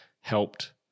helped